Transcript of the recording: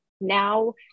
now